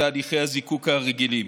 כתהליך לוואי של תהליכי הזיקוק הרגילים.